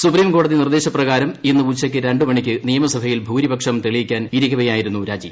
സുപ്രീംകോടതി നിർദ്ദേശപ്രകാരം ഇന്ന് ഉച്ചയ്ക്ക് രണ്ട് മണിക്ക് നിയമസഭയിൽ ഭൂരിപക്ഷം തെളിയിക്കാൻ ഇരിക്കവേയായിരുന്നു രാജി